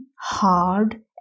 hard